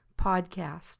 Podcast